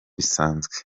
bisanzwe